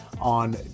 On